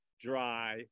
dry